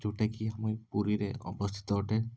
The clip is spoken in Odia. ଯେଉଁଟାକି ଆମ ଏ ପୁରୀରେ ଅବସ୍ଥିତ ଅଟେ